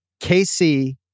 KC